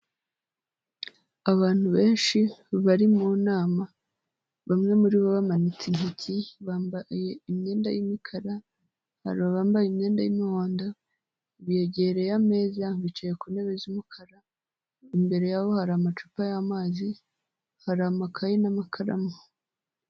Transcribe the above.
Abantu benshi bari mu nama bamwe muri bo bamanitse intoki bambaye imyenda y'imikara bambaye imyenda y'umuhondo begereye ameza bicaye ku ntebe z'umukara imbere yabo hari amacupa yamazi hari amakaye n'amakaramu.